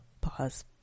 Pause